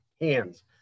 hands